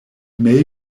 may